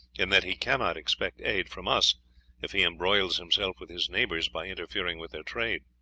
and that he cannot expect aid from us if he embroils himself with his neighbors by interfering with their trade.